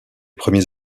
premiers